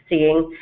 seeing,